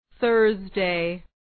Thursday